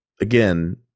Again